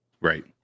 Right